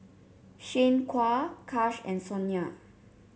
Shanequa Kash and Sonya